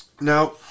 Now